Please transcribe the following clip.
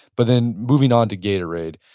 but then moving on to gatorade,